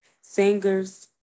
singers